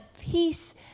peace